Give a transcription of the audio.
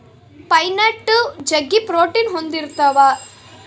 pine nut ಜಗ್ಗಿ protein ಹೊಂದಿರ್ತವ